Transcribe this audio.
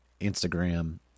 Instagram